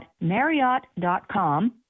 Marriott.com